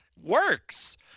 works